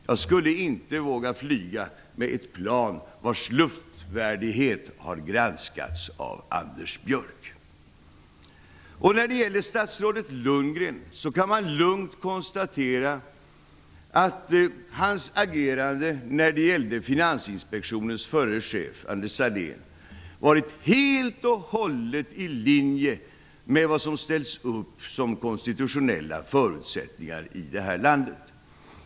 Jag skulle inte våga flyga med ett plan vars luftvärdighet har granskats av Anders Björck. När det gäller statsrådet Lundgren kan man lugnt konstatera att hans agerande när det gällde Finansinspektionens förre chef, Anders Sahlén, har varit helt och hållet i linje med vad som ställts upp som konstitutionella förutsättningar i Sverige.